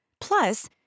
Plus